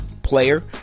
player